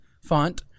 font